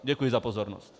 Děkuji za pozornost.